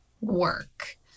work